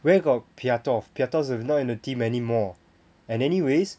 where got pyatov pyatov is not in the team anymore and anyways